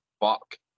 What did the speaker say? fuck